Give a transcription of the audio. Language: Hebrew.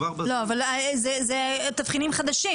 אבל אלה תבחינים חדשים.